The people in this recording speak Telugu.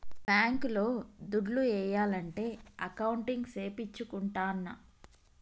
బ్యాంక్ లో దుడ్లు ఏయాలంటే అకౌంట్ సేపిచ్చుకుంటాన్న